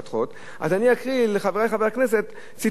אז אני אקריא לחברי חברי הכנסת ציטוט מתוך,